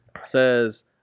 says